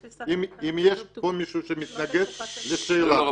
אם יש פה מישהו שמתנגד לשאלה, תודה.